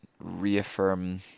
reaffirm